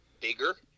bigger